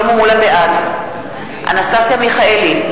בעד אנסטסיה מיכאלי,